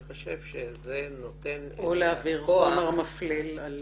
אני חושב שזה נותן -- או להעביר חומר מפליל על